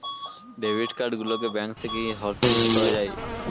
debit card গুলোকে bank থেকে hotlist করা যায়